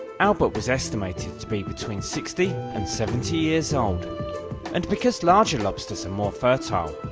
albert was estimated to be between sixty and seventy years old and because larger lobsters are more fertile,